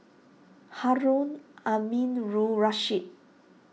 Harun Aminurrashid